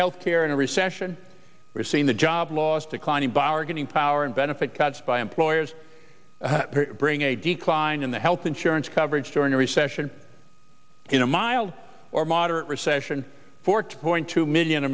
health care in a recession we're seeing the job loss declining bargaining power and benefit cuts by employers bring a decline in the health insurance coverage during a recession in a mild or moderate recession for two point two million